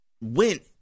went